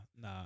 nah